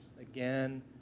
again